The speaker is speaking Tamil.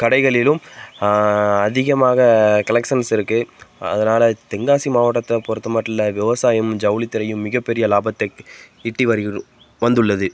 கடைகளிலும் அதிகமாக கலெக்ஷன்ஸ் இருக்குது அதனால தென்காசி மாவட்டத்தைப் பொருத்தமட்டில் விவசாயம் ஜவுளித்துறையும் மிகப்பெரிய லாபத்தை ஈட்டி வருகிற வந்துள்ளது